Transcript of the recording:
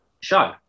show